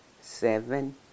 seven